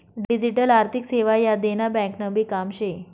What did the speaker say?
digital आर्थिक सेवा ह्या देना ब्यांकनभी काम शे